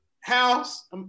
House